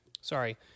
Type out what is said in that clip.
sorry